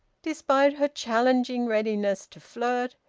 despite her challenging readiness to flirt,